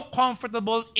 comfortable